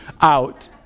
out